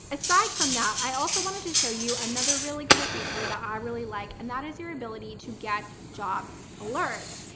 aside from that. i also wanted to show you another really cool feature that i really like, and that is your ability to get job alerts.